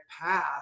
path